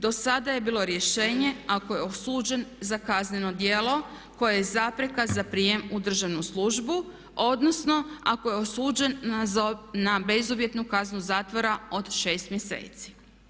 Do sada je bilo rješenje ako je osuđen za kazneno djelo koje je zapreka za prijem u državnu službu odnosno ako je osuđen na bezuvjetnu kaznu zatvora od 6 mjeseci.